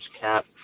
cap